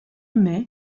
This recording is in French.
mai